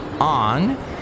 on-